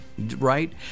right